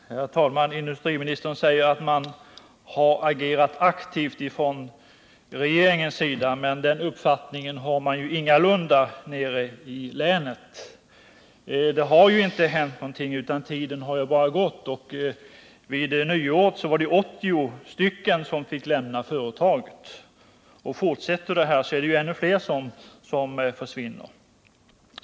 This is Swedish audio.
Herr talman! Industriministern säger att regeringen har agerat aktivt, men den uppfattningen har man ingalunda nere i länet. Det har ju inte hänt någonting, utan tiden har bara gått. Vid nyåret fick 80 anställda lämna företaget. Fortsätter denna utveckling, så blir det ju ännu fler som försvinner.